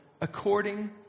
according